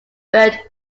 bird